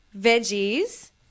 veggies